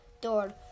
door